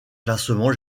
classement